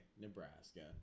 Nebraska